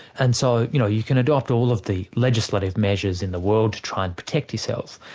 and so you know you can adopt all of the legislative measures in the world to try and protect yourself,